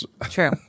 true